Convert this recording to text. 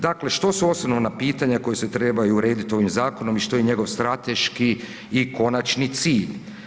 Dakle, što su osnovna pitanja koja se trebaju urediti ovim zakonom i što je njegov strateški i konačni cilj?